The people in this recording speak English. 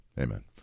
amen